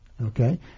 Okay